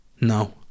No